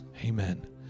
amen